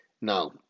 now